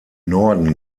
norden